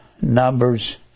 Numbers